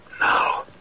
now